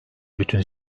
bütün